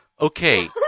Okay